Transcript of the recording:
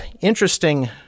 interesting